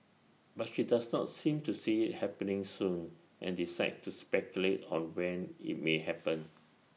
but she does not seem to see IT happening soon and declines to speculate on when IT may happen